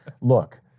look